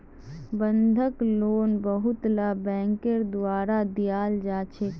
बंधक लोन बहुतला बैंकेर द्वारा दियाल जा छे